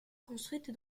construite